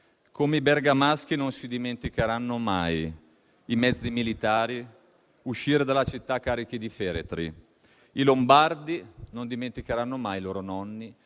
come i bergamaschi non dimenticheranno mai i mezzi militari uscire dalla città carichi di feretri; i lombardi non dimenticheranno mai loro nonni